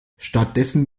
stattdessen